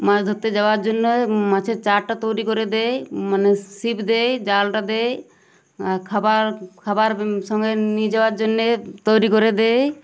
মাছ ধরতে যাওয়ার জন্য মাছের চারটা তৈরি করে দেয় মানে ছিপ দেয় জালটা দেয় আর খাবার খাবার সঙ্গে নিয়ে যাওয়ার জন্যে তৈরি করে দেয়